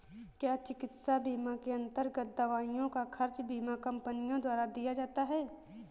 क्या चिकित्सा बीमा के अन्तर्गत दवाइयों का खर्च बीमा कंपनियों द्वारा दिया जाता है?